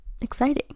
exciting